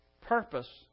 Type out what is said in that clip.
purpose